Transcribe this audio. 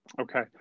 Okay